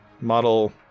Model